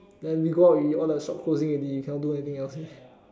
then we go out with all the shops closing already cannot do anything else already